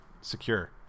Secure